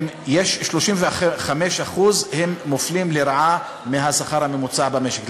35% מופלים לרעה מהשכר הממוצע במשק.